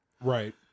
Right